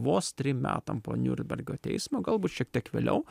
vos trim metam po niurbergo teismo galbūt šiek tiek vėliau